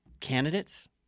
candidates